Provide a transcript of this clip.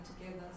together